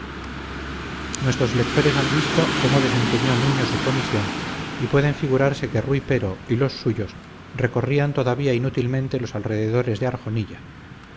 nuestros lectores han visto cómo desempeñó nuño su comisión y pueden figurarse que rui pero y los suyos recorrían todavía inútilmente los alrededores de